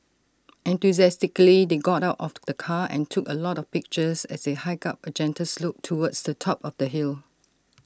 enthusiastically they got out of the car and took A lot of pictures as they hiked up A gentle slope towards the top of the hill